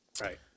Right